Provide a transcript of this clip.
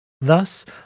Thus